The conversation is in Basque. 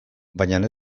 baina